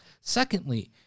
Secondly